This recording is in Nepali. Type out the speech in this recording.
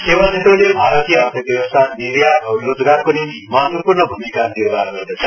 सेवाक्षेत्रले भारतीय अर्थव्यवस्थानिर्यात औ रोजगारको निम्ति महत्वपूर्ण भूमिका निर्वाह गर्दछ